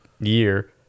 year